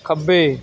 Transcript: ਖੱਬੇ